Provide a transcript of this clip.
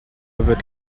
wird